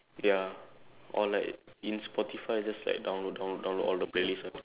ya or like in Spotify just like download download download all the playlist ah